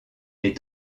est